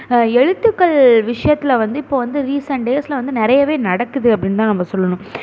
எழுத்துக்கள் விஷயத்தில் வந்து இப்போது வந்து ரிசென்ட் டேஸில் வந்து நிறையவே நடக்குது அப்படின்னு தான் நம்ம சொல்லணும்